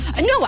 No